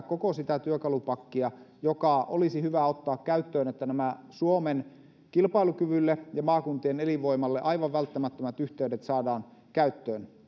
koko sitä työkalupakkia joka olisi hyvä ottaa käyttöön että nämä suomen kilpailukyvylle ja maakuntien elinvoimalle aivan välttämättömät yhteydet saadaan käyttöön